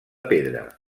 pedra